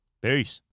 Peace